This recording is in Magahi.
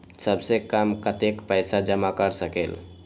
सबसे कम कतेक पैसा जमा कर सकेल?